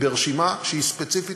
ברשימה שהיא ספציפית,